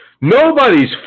nobody's